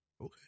Okay